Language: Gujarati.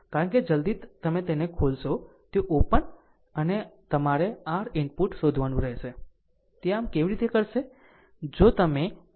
કારણ કે જલદી તમે તેને ખોલશો તે ઓપન અને તમારે R ઇનપુટ શોધવાનું રહેશે તે આમ તે કેવી રીતે કરશે